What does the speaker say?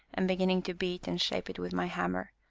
and beginning to beat and shape it with my hammer,